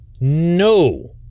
no